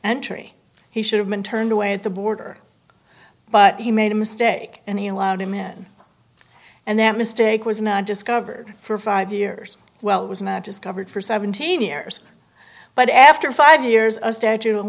terry he should have been turned away at the border but he made a mistake and he allowed him in and that mistake was not discovered for five years well was not discovered for seventeen years but after five years a statute of